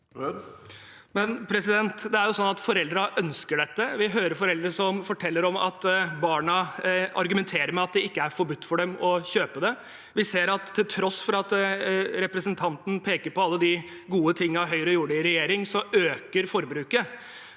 (A) Det er jo sånn at for- eldrene ønsker dette. Vi hører foreldre som forteller om at barna argumenterer med at det ikke er forbudt for dem å kjøpe det. Vi ser at til tross for at representanten peker på alle de gode tingene Høyre gjorde i regjering, øker forbruket.